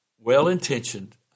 well-intentioned